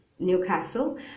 Newcastle